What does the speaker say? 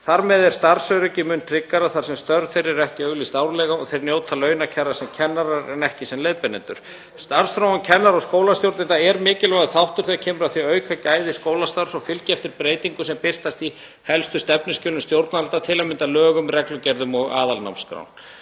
Þar með er starfsöryggi mun tryggara þar sem störf þeirra eru ekki auglýst árlega og þeir njóta launakjara sem kennarar en ekki sem leiðbeinendur. Starfsþróun kennara og skólastjórnenda er mikilvægur þáttur þegar kemur að því að auka gæði skólastarfs og fylgja eftir breytingum sem birtast í helstu stefnuskjölum stjórnvalda, til að mynda lögum, reglugerðum og aðalnámskrám.